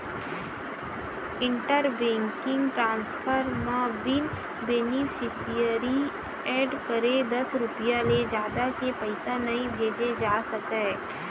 inter banking transfer म बिन beneficiary add करे दस रूपिया ले जादा के पइसा नइ भेजे जा सकय